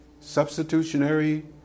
Substitutionary